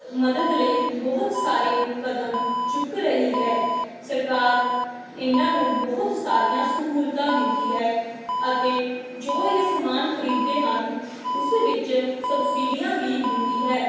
ਮਦਦ ਲਈ ਬਹੁਤ ਸਾਰੇ ਕਦਮ ਚੁੱਕ ਰਹੀ ਹੈ ਸਰਕਾਰ ਇਹਨਾਂ ਨੂੰ ਬਹੁਤ ਸਾਰੀਆਂ ਸਹੂਲਤਾਂ ਦਿੰਦੀ ਹੈ ਅਤੇ ਜੋ ਇਹ ਸਮਾਨ ਖਰੀਦਦੇ ਹਨ ਉਸ ਵਿੱਚ ਸਬਸਿਡੀਆਂ ਵੀ ਦਿੰਦੀ ਹੈ